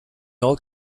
all